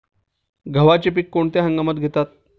गव्हाचे पीक कोणत्या हंगामात घेतात?